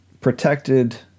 protected